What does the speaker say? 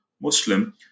Muslim